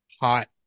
hot